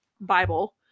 Bible